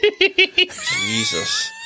Jesus